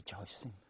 rejoicing